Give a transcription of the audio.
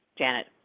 janet